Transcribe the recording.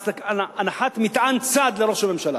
להנחת מטען צד לראש הממשלה.